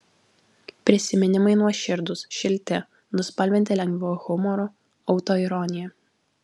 prisiminimai nuoširdūs šilti nuspalvinti lengvu humoru autoironija